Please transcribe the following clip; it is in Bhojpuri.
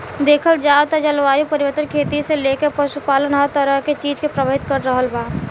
देखल जाव त जलवायु परिवर्तन खेती से लेके पशुपालन हर तरह के चीज के प्रभावित कर रहल बा